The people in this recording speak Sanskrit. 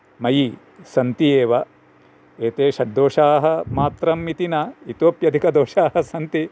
मयि सन्ति एव एते षड्दोषाः मात्रम् इति न इतोप्यधिकदोषाः सन्ति